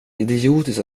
idiotiskt